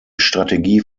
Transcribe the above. strategie